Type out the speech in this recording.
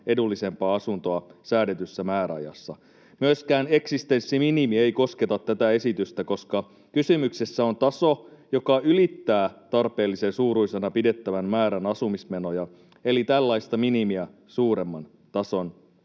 edullisempaa asuntoa säädetyssä määräajassa. Myöskään eksistenssiminimi ei kosketa tätä esitystä, koska kysymyksessä on taso, joka ylittää tarpeellisen suuruisena pidettävän määrän asumismenoja eli tällaista minimiä suuremman tason.